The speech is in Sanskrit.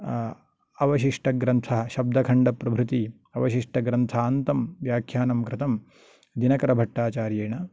अवशिष्ठग्रन्थः शब्दखण्डप्रभृतिः अवशिष्टग्रन्थान्तं व्याख्यानं कृतं दिनकरभट्टाचार्येण